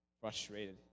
frustrated